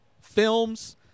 films